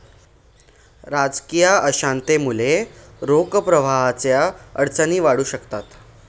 राजकीय अशांततेमुळे रोख प्रवाहाच्या अडचणी वाढू शकतात